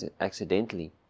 accidentally